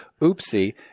Oopsie